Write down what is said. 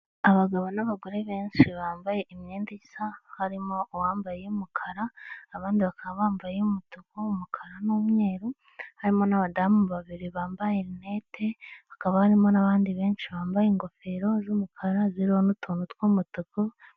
Abagabo n'abagore benshi bambaye imyenda isa harimo uwambaye iy'umukara abandi bakaba bambaye iy'umutuku, umukara, n'umweru. Harimo n'abadamu babiri bambaye rinete, hakaba harimo n'abandi benshi bambaye ingofero z'umukara ziriho n'utuntu tw'umutuku.